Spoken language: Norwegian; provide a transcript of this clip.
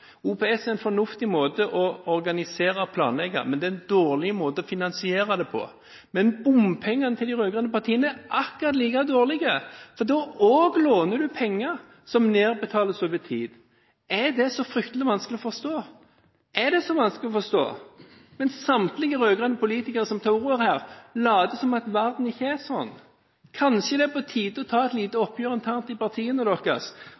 OPS er en styggedom. OPS er en fornuftig måte å organisere og planlegge på, men det er en dårlig måte å finansiere på. Men bompengene til de rød-grønne partiene er akkurat like dårlige, for da låner man også penger som nedbetales over tid. Er det så fryktelig vanskelig å forstå? Samtlige rød-grønne politikere som tar ordet her, later som at verden ikke er sånn. Kanskje er det på tide å ta et lite oppgjør internt i partiene